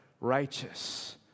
righteous